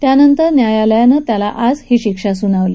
त्यानंतर न्यायालयानं आज त्याला ही शिक्षा सुनावली